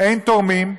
"אין תורמים,